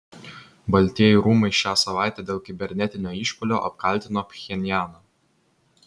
baltieji rūmai šią savaitę dėl kibernetinio išpuolio apkaltino pchenjaną